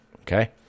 okay